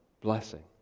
blessing